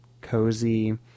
cozy